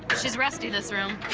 but she's rusty, this room.